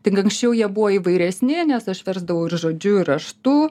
tik anksčiau jie buvo įvairesni nes aš versdavau ir žodžiu ir raštu